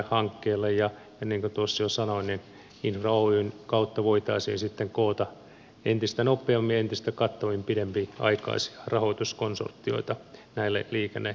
niin kuin tuossa jo sanoin niin infra oyn kautta voitaisiin sitten koota entistä nopeammin ja entistä kattavammin pidempiaikaisia rahoituskonsortioita näille liikennehankkeille